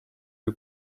you